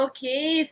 Okay